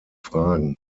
fragen